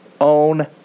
own